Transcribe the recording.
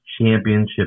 championship